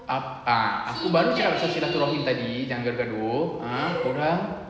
ah ah aku baru cakap pasal silaturrahim tadi jangan gaduh gaduh ah korang